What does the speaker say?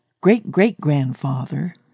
great-great-grandfather